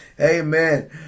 amen